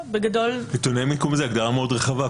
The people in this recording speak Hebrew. "נתוני מיקום" זו הגדרה מאוד רחבה.